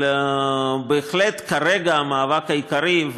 אבל בהחלט כרגע המאבק העיקרי,